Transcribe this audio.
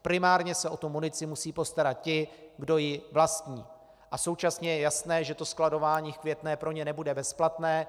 Primárně se o tu munici musí postarat ti, kdo ji vlastní, a současně je jasné, že to skladování v Květné pro ně nebude bezplatné.